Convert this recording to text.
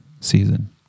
season